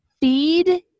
feed